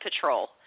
Patrol